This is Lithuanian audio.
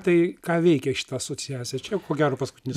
tai ką veikia šita asociacija čia ko gero paskutinis